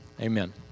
amen